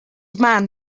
man